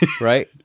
right